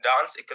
Dance